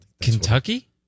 Kentucky